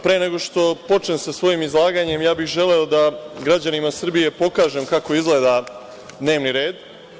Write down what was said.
Pre nego što počnem sa svojim izlaganjem ja bih želeo da građanima Srbije pokažem kako izgleda dnevni red.